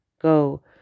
go